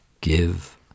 give